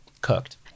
cooked